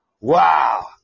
Wow